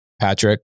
Patrick